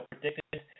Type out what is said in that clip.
predicted